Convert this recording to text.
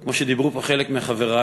כמו שדיברו פה חלק מחברי,